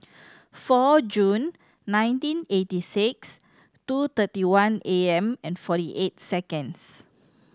four June nineteen eighty six two thirty one A M and forty eight seconds